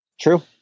true